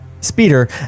speeder